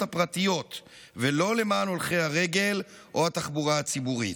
הפרטיות ולא למען הולכי הרגל או התחבורה הציבורית.